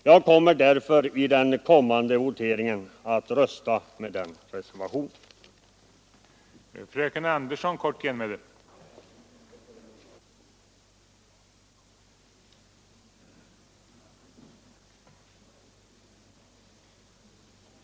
Jag kommer därför att i den kommande voteringen rösta för den reservationen.